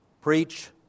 Preach